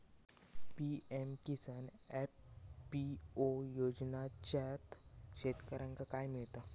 PM Kisan FPO योजनाच्यात शेतकऱ्यांका काय मिळता?